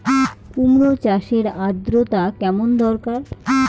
কুমড়ো চাষের আর্দ্রতা কেমন দরকার?